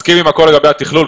מסכים עם הנאמר לגבי התכלול.